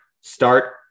Start